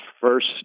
first